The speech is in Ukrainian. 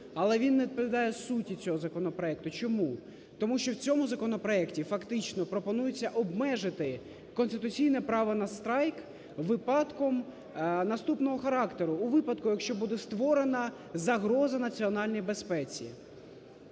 Але він не відповідає суті цього законопроекту. Чому? Тому що в цьому законопроекті, фактично, пропонується обмежити конституційне право на страйк випадком наступного характеру: у випадку, якщо буде створена загроза національній безпеці.